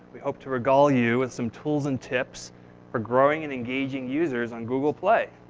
we hope to regale you with some tools and tips for growing and engaging users on google play.